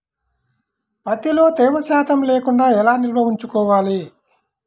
ప్రత్తిలో తేమ శాతం లేకుండా ఎలా నిల్వ ఉంచుకోవాలి?